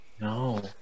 no